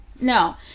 No